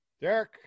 Derek